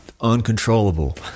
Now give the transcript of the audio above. uncontrollable